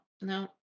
no